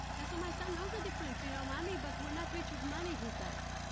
and so, my son knows the difference you know, mommy, but we're not rich with money, he says.